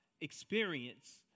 experience